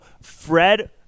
Fred